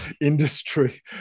industry